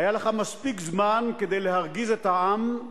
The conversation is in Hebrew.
היה לך מספיק זמן כדי להרגיז את העם,